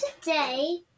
today